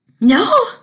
No